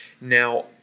Now